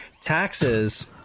taxes